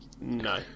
No